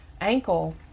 ankle